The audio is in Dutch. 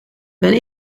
ben